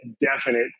definite